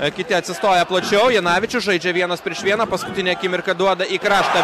akite atsistoja plačiau janavičius žaidžia vienas prieš vieną paskutinę akimirką duoda į kraštą